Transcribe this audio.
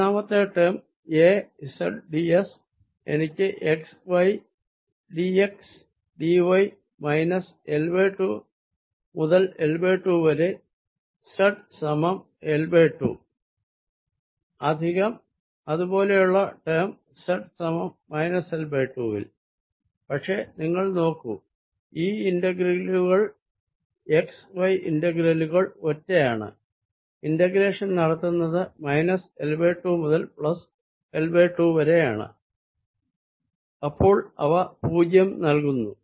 മൂന്നാമത്തെ term A z d s എനിക്ക് x y d x d y minus L2 മുതൽ L2 വരെ z സമം L2 പ്ലസ് അതുപോലെയുള്ള ടേം z സമം മൈനസ് L2 വിൽ പക്ഷെ നിങ്ങൾ നോക്കൂ ഈ ഇന്റെഗ്രേലുകൾ x y ഇന്റെഗ്രേലുകൾ ഒറ്റയാണ് ഇന്റഗ്രേഷൻ നടത്തുന്നത് മൈനസ് L2 മുതൽ പ്ലസ് L2 വരെയാണ് അപ്പോൾ അവ പൂജ്യം നൽകുന്നു